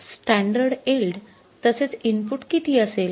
standard yield तसेच input किती असेल